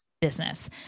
business